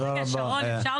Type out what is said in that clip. יש גם